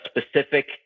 specific